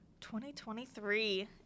2023